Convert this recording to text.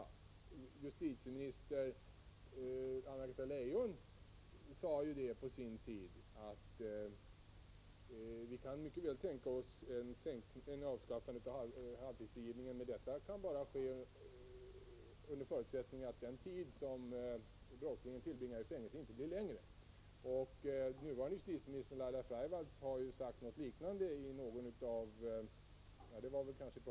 Justitieminister Anna-Greta Leijon sade på sin tid att hon mycket väl kunde tänka sig att avskaffa halvtidsfrigivningen men bara under förutsättning att den tid som brottslingen tillbringar i fängelse inte blir längre. Den nuvarande justitieministern Laila Freivalds har sagt någonting liknande i budgetpropositionen.